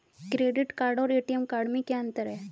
Credit card और ATM card में क्या अंतर है?